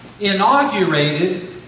inaugurated